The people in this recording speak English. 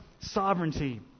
sovereignty